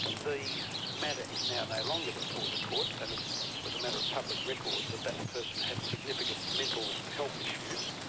the matter is now no longer before the court, and it was a matter of public record that that person had significant mental health issues.